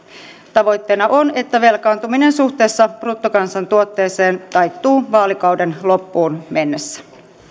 tavoitteena on että velkaantuminen suhteessa bruttokansantuotteeseen taittuu vaalikauden loppuun mennessä